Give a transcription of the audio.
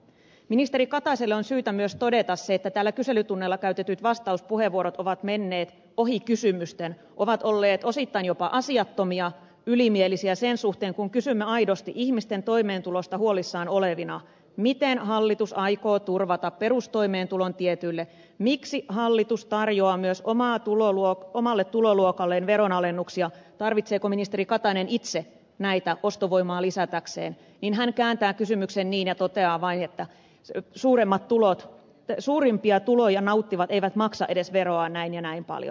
ministeri kataiselle on syytä myös todeta se että täällä kyselytunneilla käytetyt vastauspuheenvuorot ovat menneet ohi kysymysten ovat olleet osittain jopa asiattomia ylimielisiä sen suhteen että kun kysymme aidosti ihmisten toimeentulosta huolissaan olevina miten hallitus aikoo turvata perustoimeentulon tietyille miksi hallitus tarjoaa myös omalle tuloluokalleen veronalennuksia tarvitseeko ministeri katainen itse näitä ostovoimaa lisätäkseen niin hän kääntää kysymyksen niin ja toteaa vain että suurimpia tuloja nauttivat eivät maksa edes veroa näin ja näin paljon